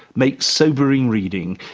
makes sobering reading.